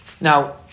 Now